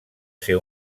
ser